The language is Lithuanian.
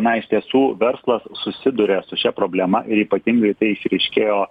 na iš tiesų verslas susiduria su šia problema ir ypatingai tai išryškėjo